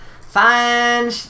fine